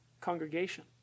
congregation